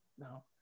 No